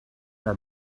her